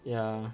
yeah